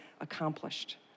accomplished